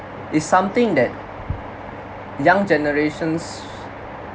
is something that young generations